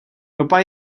ropa